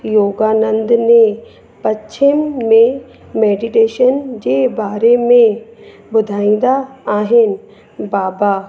योगानंद ने पश्चिम में मैडिटेशन जे बारे में ॿुधाईंदा आहिनि बाबा